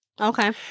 Okay